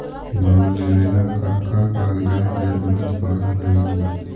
Loan लेवेला का का कागजात जरूरत पड़ हइ?